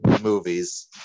movies